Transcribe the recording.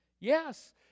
Yes